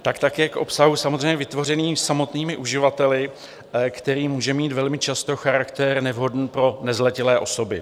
Tak také k obsahu, samozřejmě vytvořenému samotnými uživateli, který může mít velmi často charakter nevhodný pro nezletilé osoby.